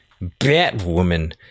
Batwoman